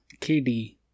KD